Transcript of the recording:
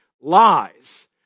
lies